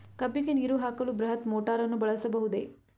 ಕಬ್ಬಿಗೆ ನೀರು ಹಾಕಲು ಬೃಹತ್ ಮೋಟಾರನ್ನು ಬಳಸಬಹುದೇ?